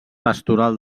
pastoral